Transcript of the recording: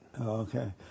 Okay